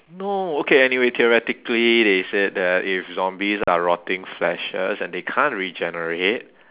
no okay anyway theoretically they said that if zombies are rotting fleshes and they can't regenerate